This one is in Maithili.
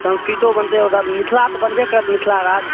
संस्कृतो बनतै आओर मिथिला तऽ बनबे करत मिथिलाराज